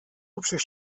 общих